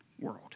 world